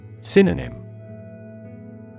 Synonym